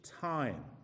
time